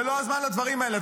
זה לא הזמן לדברים האלה.